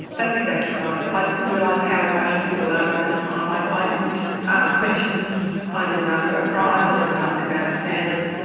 that's exactly right. i didn't realise how emotional people are at this time. i i didn't ask questions, i didn't ask about price, i didn't ask about standards.